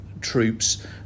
troops